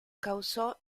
causò